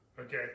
Okay